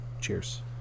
Cheers